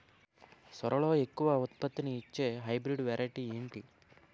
సోరలో ఎక్కువ ఉత్పత్తిని ఇచే హైబ్రిడ్ వెరైటీ ఏంటి?